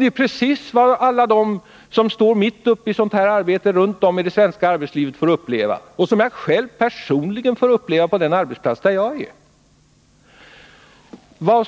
Det är precis vad alla de som står mitt uppe i sådant arbete runt om i det svenska arbetslivet får uppleva. Jag får själv uppleva det på den arbetsplats där jag verkar.